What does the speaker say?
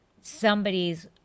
somebody's